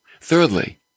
Thirdly